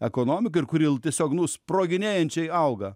ekonomikąir kuri tiesiog nu sproginėjančiai auga